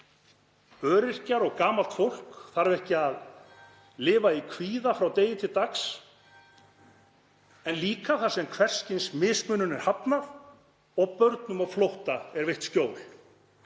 öryrkjar og gamalt fólk þarf ekki að lifa í kvíða frá degi til dags en líka þar sem hvers kyns mismunun er hafnað og börnum á flótta er veitt skjól.